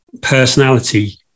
personality